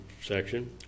section